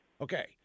Okay